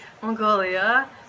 Mongolia